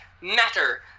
matter